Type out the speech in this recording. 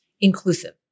inclusive